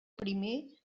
primer